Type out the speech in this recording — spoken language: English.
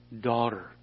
daughter